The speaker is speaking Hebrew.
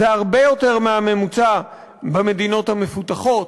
זה הרבה יותר מהממוצע במדינות המפותחות,